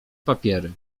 papiery